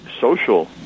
social